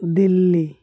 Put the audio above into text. Delhi